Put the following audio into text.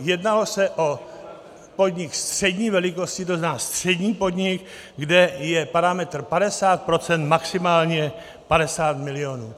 Jednalo se o podnik střední velikosti, to znamená střední podnik, kde je parametr 50 %, maximálně 50 milionů.